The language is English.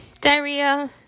Diarrhea